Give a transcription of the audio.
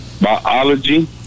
biology